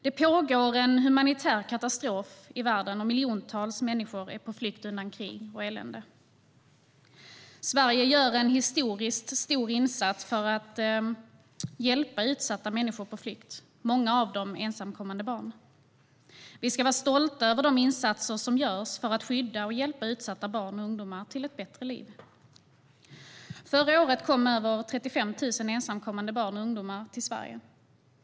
Det pågår en humanitär katastrof i världen, och miljontals människor är på flykt undan krig och elände. Sverige gör en historiskt stor insats för att hjälpa utsatta människor på flykt, många av dem ensamkommande barn. Vi ska vara stolta över de insatser som görs för att skydda och hjälpa utsatta barn och ungdomar till ett bättre liv. Förra året kom över 35 000 ensamkommande barn och ungdomar till Sverige.